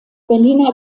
berliner